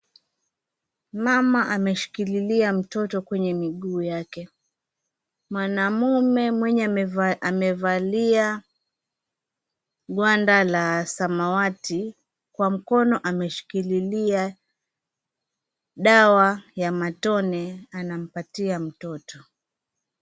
Mama ameshikilia mtoto kwenye miguu yake, mwanaume mwenye kuvalia gwanda la samawati kwa mkono ameshikilia dawa ya matone anampatia mtoto.